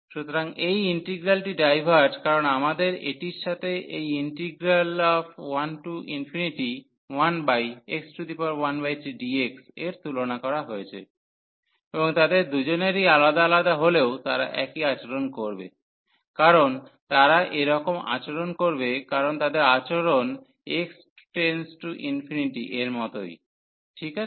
সুতরাং এই ইন্টিগ্রালটি ডাইভার্জ কারণ আমাদের এটির সাথে এই ইন্টিগ্রাল 11x13dx এর তুলনা করা হয়েছে এবং তাদের দুজনেরই আলাদা আলাদা হলেও তারা একই আচরণ করবে কারণ তারা এরকম আচরণ করবে কারন তাদের আচরণ x →∞ এর মতোই ঠিক আছে